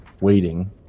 waiting